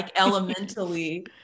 elementally